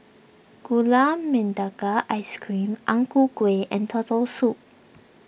Gula Melaka Ice Cream Ang Ku Kueh and Turtle Soup